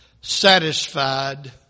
Satisfied